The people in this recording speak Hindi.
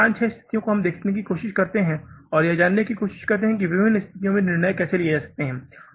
तो इन 5 6 स्थितियों को हम देखने की कोशिश करते हैं और यह जानने की कोशिश करते हैं कि विभिन्न स्थितियों में निर्णय कैसे लिया जा सकता है